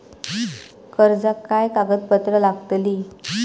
कर्जाक काय कागदपत्र लागतली?